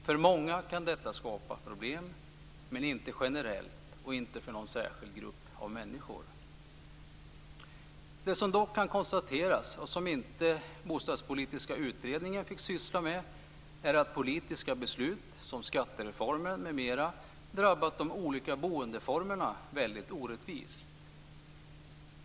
För många kan detta skapa problem, men inte generellt, och inte för någon särskild grupp av människor. Det som dock kan konstateras, och som inte den bostadspolitiska utredningen fick syssla med, är att politiska beslut, som skattereformen, drabbat de olika boendeformerna väldigt orättvist.